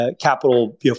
capital